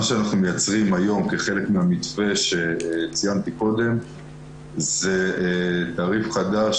מה שאנחנו מייצרים היום כחלק מהמתווה שציינתי קודם - תעריף חדש